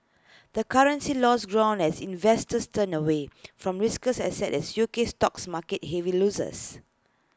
the currency lost ground as investors turned away from riskier assets as U S stocks marked heavy losses